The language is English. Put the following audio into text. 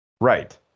Right